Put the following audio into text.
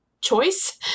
choice